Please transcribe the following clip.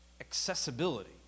accessibility